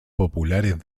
populares